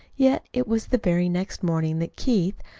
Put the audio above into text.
yet it was the very next morning that keith,